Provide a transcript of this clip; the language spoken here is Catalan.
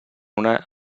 una